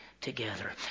together